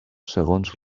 segons